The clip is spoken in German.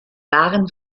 waren